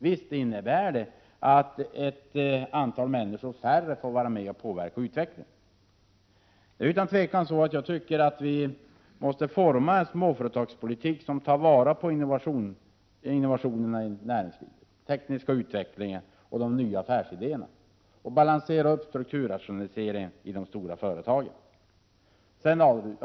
Visst innebär det också att ett ; 5 ö Om åtgärder för att mindre antal människor kan vara med och påverka utvecklingen. Jag menar är pa Å sa R 5 : ä . främja småföretaganatt vi måste forma en småföretagspolitik som tar vara på innovationerna i det | näringslivet — den tekniska utvecklingen och de nya affärsidéerna — och balanserar strukturrationaliseringen i de stora företagen.